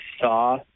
saw